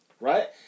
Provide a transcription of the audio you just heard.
right